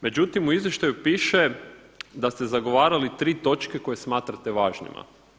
Međutim u izvještaju piše da ste zagovarali tri točke koje smatrate važnima.